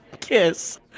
kiss